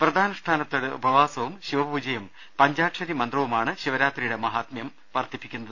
വ്രതാനുഷ്ഠാനത്തോട്ടെ ഉപവാസവും ശിവപൂജയും പഞ്ചാക്ഷരീ മന്ത്രവുമാണ് ശിവരാത്രിയുടെ മാഹാത്മൃം വർദ്ധിപ്പിക്കുന്നത്